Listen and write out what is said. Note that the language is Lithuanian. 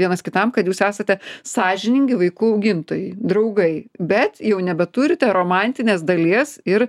vienas kitam kad jūs esate sąžiningi vaikų augintojai draugai bet jau nebeturite romantinės dalies ir